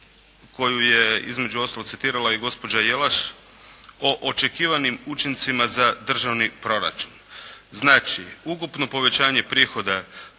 koju je između ostalog citirala i gospođa Jelaš o očekivanim učincima za državni proračun. Znači ukupno povećanje prihoda